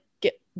get